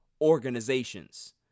organizations